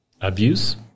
abuse